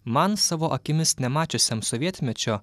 man savo akimis nemačiusiam sovietmečio